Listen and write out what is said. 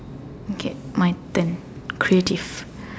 okay my turn creative